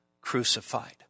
crucified